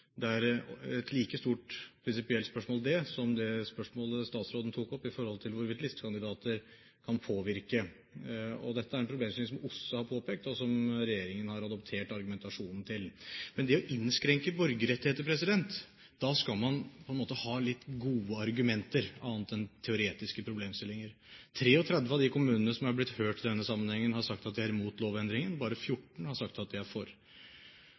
Det er et like stort prinsipielt spørsmål som det spørsmålet statsråden tok opp når det gjelder hvorvidt listekandidater kan påvirke. Dette er en problemstilling som OSSE har påpekt, og som regjeringen har adoptert argumentasjonen til. Men for å innskrenke borgerrettigheter skal man ha litt gode argumenter – annet enn teoretiske problemstillinger. 33 av de kommunene som er blitt hørt i denne sammenhengen, har sagt at de er mot lovendringen. Bare 14 har sagt at de er for.